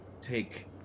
take